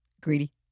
greedy